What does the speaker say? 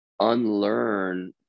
unlearn